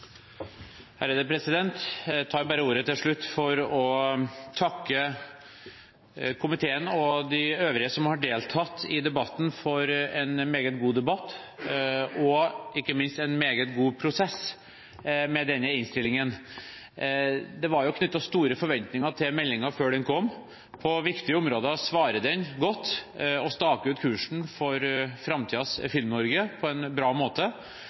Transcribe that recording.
Jeg tar bare ordet til slutt for å takke komiteen og de øvrige som har deltatt i debatten, for en meget god debatt, og ikke minst en meget god prosess i forbindelse med denne innstillingen. Det var knyttet store forventninger til meldingen før den kom, og på viktige områder svarer den godt og staker ut kursen for framtidens Film-Norge på en bra måte.